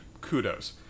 Kudos